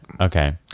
Okay